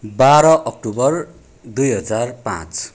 बाह्र अक्टोबर दुई हजार पाँच